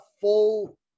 full